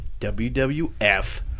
WWF